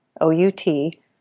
O-U-T